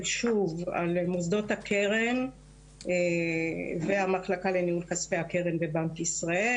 שוב על מוסדות הקרן והמחלקה לניהול כספי הקרן בבנק ישראל,